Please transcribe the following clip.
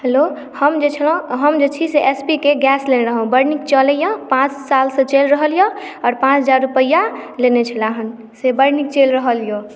hello हम जे छी से एच पी केँ गैस लेने रहौं बड़ नीक चलैया पाँच साल से चलि रहल यऽ आओर पाँच हजार रुपैआ लेने छलए हन से बड़ नीक चलि रहल यऽ